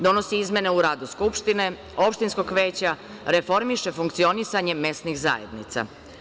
Donosi izmene u radu skupštine, opštinskog veća, reformiše funkcionisanje mesnih zajednica.